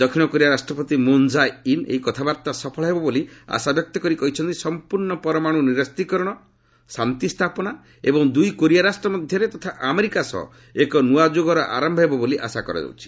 ଦକ୍ଷିଣ କୋରିଆ ରାଷ୍ଟ୍ରପତି Moon Jae In ଏହି କଥାବାର୍ତ୍ତା ସଫଳ ହେବ ବୋଲି ଆଶା ବ୍ୟକ୍ତ କରି କହିଛନ୍ତି ସମ୍ପର୍ଣ୍ଣ ପରମାଣୁ ନିରସ୍ତୀକରଣ ଶାନ୍ତି ସ୍ଥାପନା ଏବଂ ଦୁଇ କୋରିଆ ରାଷ୍ଟ୍ର ମଧ୍ୟରେ ତଥା ଆମେରିକା ସହ ଏକ ନୂଆ ଯୁଗର ଆରୟ ହେବ ବୋଲି ଆଶା କରାଯାଉଛି